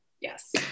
yes